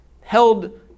held